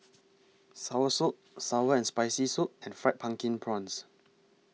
Soursop Sour and Spicy Soup and Fried Pumpkin Prawns